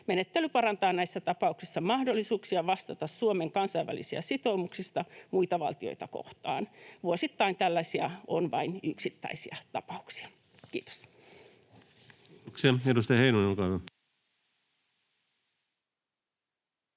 Menettely parantaa näissä tapauksissa mahdollisuuksia vastata Suomen kansainvälisistä sitoumuksista muita valtioita kohtaan. Vuosittain tällaisia on vain yksittäisiä tapauksia. — Kiitos. Kiitoksia.